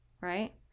Right